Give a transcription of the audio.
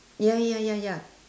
ya ya ya ya ya